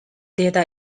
data